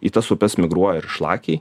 į tas upes migruoja ir šlakiai